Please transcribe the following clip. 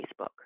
Facebook